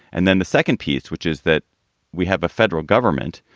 and then the second piece, which is that we have a federal government,